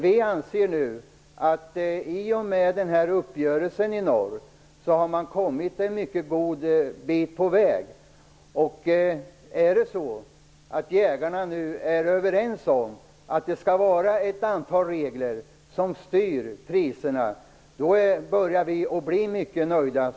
Vi anser att man i och med denna uppgörelse i norr har kommit en god bit på väg. Om jägarna är överens om att vi skall ha regler som styr priserna börjar vi bli nöjda.